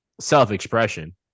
self-expression